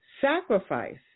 Sacrifice